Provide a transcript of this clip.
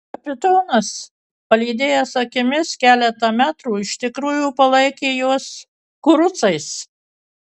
kapitonas palydėjęs akimis keletą metrų iš tikrųjų palaikė juos kurucais